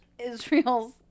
Israels